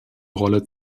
rolle